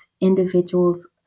individuals